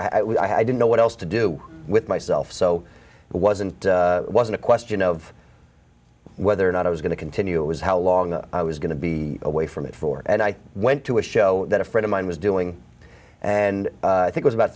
i didn't know what else to do with myself so wasn't wasn't a question of whether or not i was going to continue it was how long i was going to be away from it for and i went to a show that a friend of mine was doing and i think was about